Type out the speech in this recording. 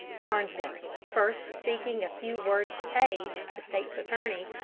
farnsworth, first speaking a few words to paige, the state's attorney,